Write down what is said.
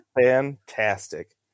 Fantastic